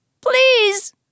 Please